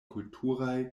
kulturaj